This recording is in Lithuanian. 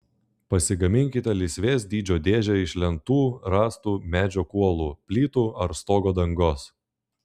pasigaminkite lysvės dydžio dėžę iš lentų rąstų medžio kuolų plytų ar stogo dangos